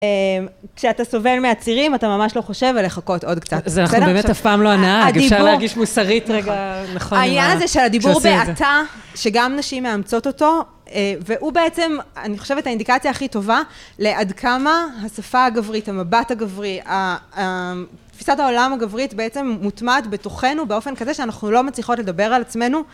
כשאתה סובל מהצירים, אתה ממש לא חושב על לחכות עוד קצת, בסדר? אז אנחנו באמת אף פעם לא הנהג, אפשר להרגיש מוסרית רגע, נכון. רגע, נכון, כשעושים את זה. העניין הזה של הדיבור בעתה, שגם נשים מאמצות אותו, והוא בעצם, אני חושבת, האינדיקציה הכי טובה, לעד כמה השפה הגברית, המבט הגברי, תפיסת העולם הגברית, בעצם מוטמעת בתוכנו באופן כזה שאנחנו לא מצליחות לדבר על עצמנו,